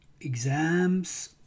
exams